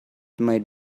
might